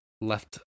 left